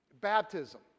baptism